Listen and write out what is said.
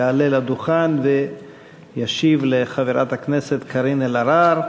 יעלה לדוכן וישיב לחברת הכנסת קארין אלהרר.